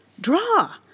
Draw